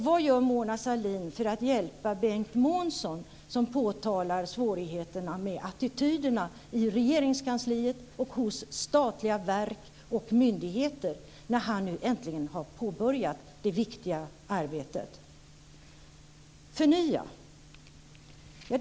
Vad gör Mona Sahlin för att hjälpa Bengt Månsson, som påtalar svårigheterna med attityderna i Regeringskansliet och hos statliga verk och myndigheter, när han nu äntligen har påbörjat det viktiga arbetet? Den andra punkten var förnya.